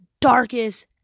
darkest